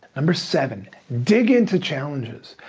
number seven, dig into challenges.